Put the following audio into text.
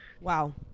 Wow